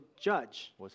judge